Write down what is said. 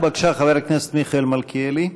בבקשה, חבר הכנסת מיכאל מלכיאלי.